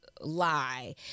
lie